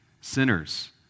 sinners